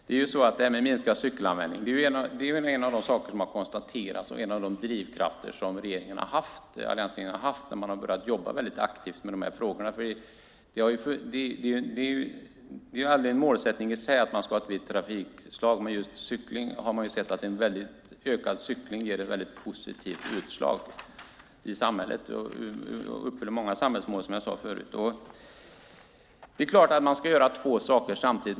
Fru talman! Det är konstaterat att cykelanvändningen har minskat, och det är en av de drivkrafter som alliansregeringen har haft när den har jobbat väldigt aktivt med de här frågorna. Det är aldrig en målsättning i sig att man ska ha ett visst trafikslag, men en ökad cykling ger ett mycket positivt utslag i samhället. Det uppfyller många samhällsmål som jag sade förut. Det är klart att man ska göra två saker samtidigt.